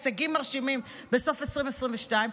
הישגים מרשימים בסוף 2022,